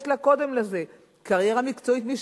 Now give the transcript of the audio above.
יש לה קודם לזה קריירה מקצועית משלה.